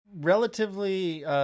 relatively